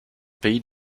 pays